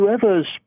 whoever's